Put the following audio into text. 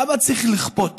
למה צריך לכפות